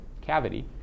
cavity